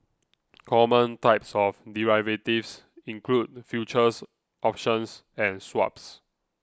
common types of derivatives include futures options and swaps